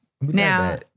Now